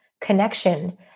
connection